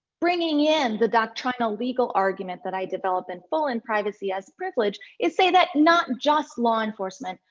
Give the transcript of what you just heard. bringing in the doctrinal legal argument that i develop in full in privacy as privilege, is say that not just law enforcement,